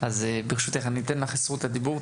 אז ברשותך אני אתן לך את זכות הדיבור,